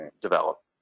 develop